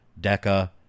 Deca